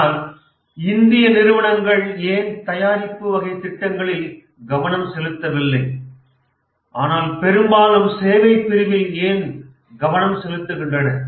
ஆனால் இந்திய நிறுவனங்கள் ஏன் தயாரிப்பு வகை திட்டங்களில் கவனம் செலுத்தவில்லை ஆனால் பெரும்பாலும் சேவை பிரிவில் ஏன் கவனம் செலுத்துகின்றன